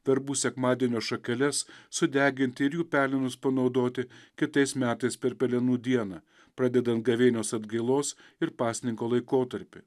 verbų sekmadienio šakeles sudeginti ir jų pelenus panaudoti kitais metais per pelenų dieną pradedant gavėnios atgailos ir pasninko laikotarpį